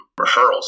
referrals